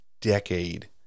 decade